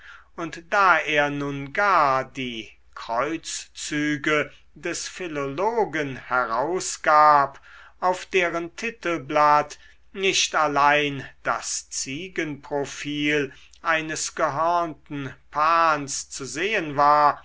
und da er nun gar die kreuzzüge des philologen herausgab auf deren titelblatt nicht allein das ziegenprofil eines gehörnten pans zu sehen war